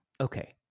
okay